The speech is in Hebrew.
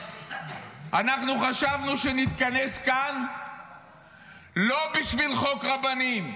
אנחנו חשבנו שנתכנס כאן לא בשביל חוק רבנים.